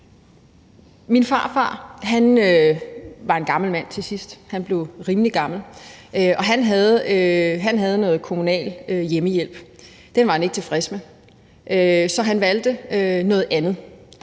Min farfar var en gammel mand til sidst. Han blev rimelig gammel, og han havde noget kommunal hjemmehjælp. Den var han ikke tilfreds med, så han valgte noget andet,